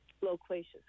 loquacious